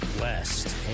West